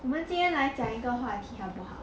我们今天来讲一个话题好不好